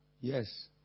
Yes